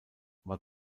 war